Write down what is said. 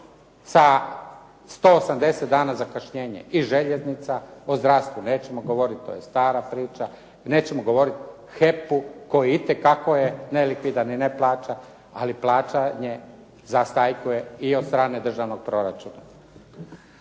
sa 180 dana zakašnjenja i željeznica. O zdravstvu nećemo govoriti to je stara priča. Nećemo govoriti o HEP-u koji itekako je nelikvidan i ne plaća, ali plaćanje zastajkuje i od strane državnog proračuna.